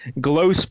glow